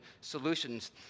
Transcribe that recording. solutions